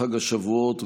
בחג השבועות,